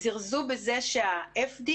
זירזו בזה שה-FDA,